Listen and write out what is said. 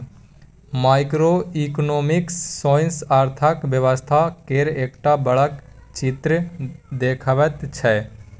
micro economics सौसें अर्थक व्यवस्था केर एकटा बड़का चित्र देखबैत छै